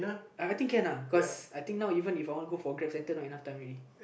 I think can uh cause I think now even If I want go for grab centre not enough time already